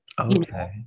okay